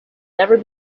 never